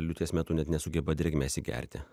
liūties metu net nesugeba drėgmę įsigerti